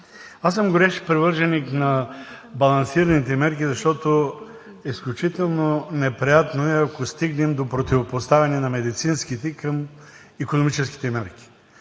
Аз съм горещ привърженик на балансираните мерки, защото изключително неприятно е, ако стигнем до противопоставяне на медицинските към икономическите мерки.